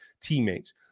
teammates